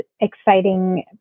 exciting